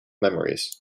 memories